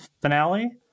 finale